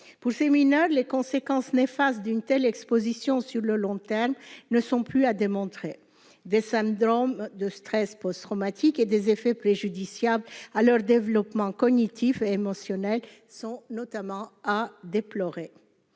pour le Femina les conséquences néfastes d'une telle Exposition sur le long terme ne sont plus à démontrer, des femmes Drôme de stress post-traumatique et des effets préjudiciables à leur développement cognitif et émotionnel, sont notamment à déplorer,